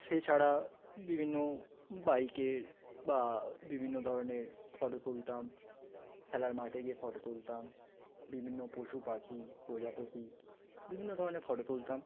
সেছাড়া বিভিন্ন বাইকের বা বিভিন্ন ধরনের ফটো তুলতাম খেলার মাঠে গিয়ে ফটো তুলতাম বিভিন্ন পশু পাখি প্রজাপতি বিভিন্ন ধরনের ফটো তুলতাম